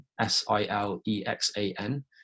S-I-L-E-X-A-N